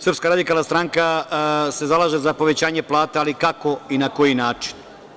Srpska radikalna stranka se zalaže za povećanje plata, ali kako i na koji način?